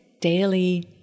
daily